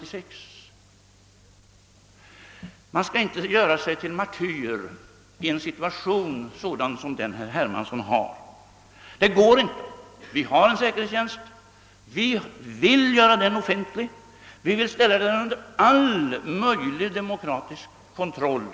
Om man befinner sig i herr Hermanssons situation skall man inte försöka göra sig till martyr. Det går inte. Vi har en säkerhetstjänst, och den vill vi göra offentlig. Vi vill ställa den under all möjlig demokratisk kontroll.